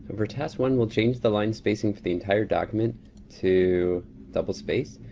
number test one will change the line spacing for the entire document to double space.